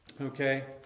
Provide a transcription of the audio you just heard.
Okay